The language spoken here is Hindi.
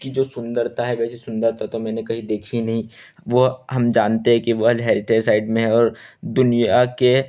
कि जो सुंदरता है वैसी सुंदरता तो मैंने कहीं देखी नहीं वह हम जानते हैं कि वल्ड हेरिटेज साइट में है और दुनिया के